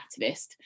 activist